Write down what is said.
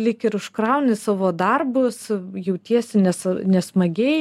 lyg ir užkrauni savo darbus jautiesi nes nesmagiai